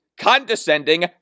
condescending